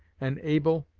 an able,